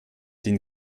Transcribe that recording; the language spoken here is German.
den